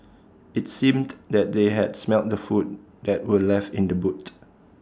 IT seemed that they had smelt the food that were left in the boot